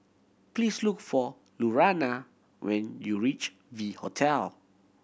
please look for Lurana when you reach V Hotel